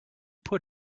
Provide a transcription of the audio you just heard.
put